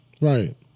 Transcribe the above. Right